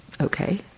okay